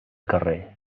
carrer